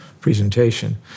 presentation